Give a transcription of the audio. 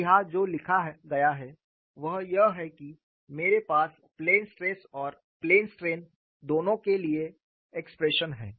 और यहाँ जो लिखा गया है वह यह है कि मेरे पास प्लेन स्ट्रेस और प्लेन स्ट्रेन दोनों के लिए एक्सप्रेशन हैं